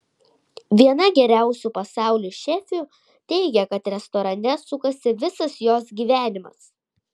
viena geriausių pasaulio šefių teigia kad restorane sukasi visas jos gyvenimas